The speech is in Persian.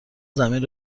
زمین